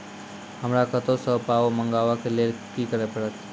हमरा कतौ सअ पाय मंगावै कऽ लेल की करे पड़त?